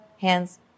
hands